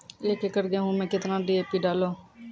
एक एकरऽ गेहूँ मैं कितना डी.ए.पी डालो?